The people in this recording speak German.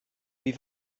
wie